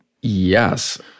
Yes